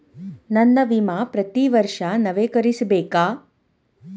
ನನ್ನ ವಿಮಾ ಪ್ರತಿ ವರ್ಷಾ ನವೇಕರಿಸಬೇಕಾ?